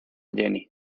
jenny